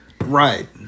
Right